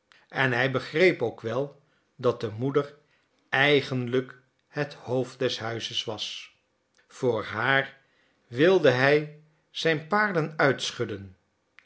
en hij begreep ook wel dat de moeder eigenlijk het hoofd des huizes was voor haar wilde hij zijn parelen uitschudden